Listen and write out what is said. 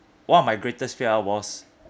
one of my greatest fear was